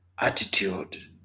Attitude